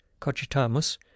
cogitamus